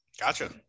Gotcha